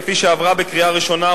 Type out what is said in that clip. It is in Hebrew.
כפי שעברה בקריאה ראשונה,